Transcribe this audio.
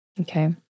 Okay